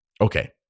Okay